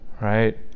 Right